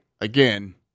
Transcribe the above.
again